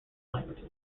languages